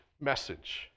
message